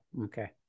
okay